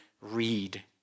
read